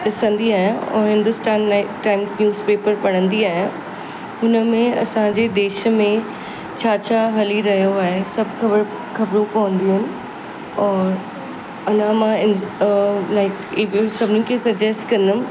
ॾिसंदी आहियां ऐं हिंदुस्तान टाइम्स न्यूज़ पेपर पढ़ंदी आहियां हुनमें असांजे देश में छा छा हली रहियो आहे सभु ख़बर ख़बरूं पवंदियू आहिनि और अञा मां अ लाइक इवन सभिनीनि खे सजेस्ट कंदमि